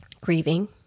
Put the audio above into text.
grieving